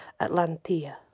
Atlantia